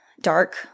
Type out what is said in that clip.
dark